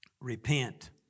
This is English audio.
repent